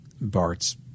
Bart's